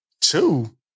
Two